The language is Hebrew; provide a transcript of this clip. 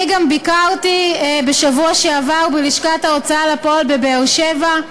אני גם ביקרתי בשבוע שעבר בלשכת ההוצאה לפועל בבאר-שבע,